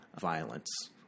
violence